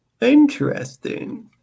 Interesting